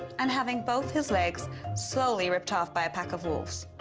and having both his legs slowly ripped off by a pack of wolves.